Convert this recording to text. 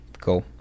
cool